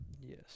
Yes